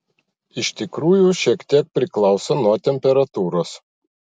iš tikrųjų šiek tiek priklauso nuo temperatūros